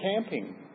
camping